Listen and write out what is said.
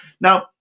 now